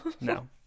No